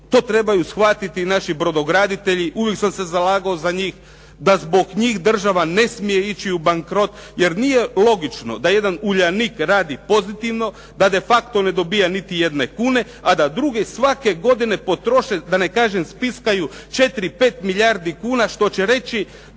to trebaju shvatiti naši brodograditelji. Uvijek sam se zalagao za njih, da zbog njih država ne smije ići u bankrot jer nije logično da jedan "Uljanik" radi pozitivno, da de facto ne dobija niti jedne kune a da drugi svake godine potroše, da ne kažem spiskaju 4-5 milijardi kuna što će reći